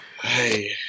Hey